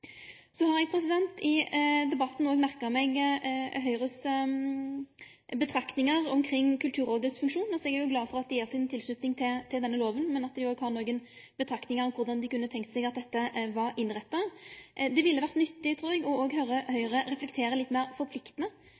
Eg har i debatten merka meg Høgres betraktningar omkring Kulturrådets funksjon. Eg er glad for at dei gjev si tilslutning til denne loven, men dei har òg nokre betraktningar om korleis dei kunne tenkt seg at dette var innretta. Det ville ha vore nyttig å høyre Høgre reflektere litt meir